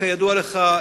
כידוע לך,